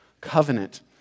covenant